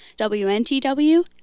WNTW